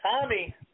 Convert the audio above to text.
Tommy